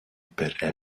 per